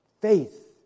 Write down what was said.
faith